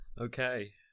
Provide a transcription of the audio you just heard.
Okay